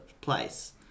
place